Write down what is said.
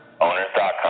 Owners.com